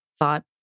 thought